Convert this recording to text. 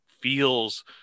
feels